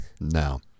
No